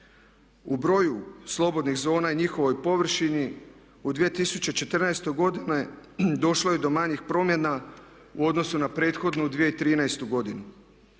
U broju slobodnih zona i njihovoj površini u 2014. došlo je do manjih promjena u odnosu na prethodnu 2013. godinu.